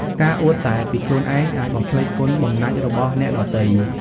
ការអួតតែពីខ្លួនឯងអាចបំភ្លេចគុណបំណាច់របស់អ្នកដទៃ។